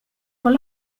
con